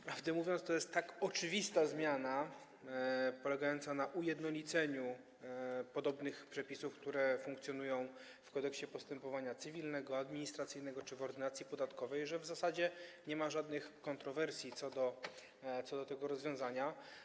Prawdę mówiąc, to jest tak oczywista zmiana polegająca na ujednoliceniu podobnych przepisów, które funkcjonują w Kodeksie postępowania cywilnego, administracyjnego czy w Ordynacji podatkowej, że w zasadzie nie ma żadnych kontrowersji co do tego rozwiązania.